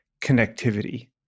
connectivity